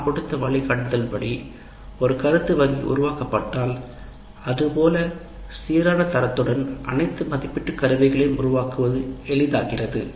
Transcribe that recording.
நாம் கொடுத்த வழிகாட்டுதல்களின்படி ஒரு உருப்படி வங்கி உருவாக்கப்பட்டால் அது சீரான தரத்துடன் அனைத்து மதிப்பீட்டு கருவிகளையும் உருவாக்குவது எளிதாகிறது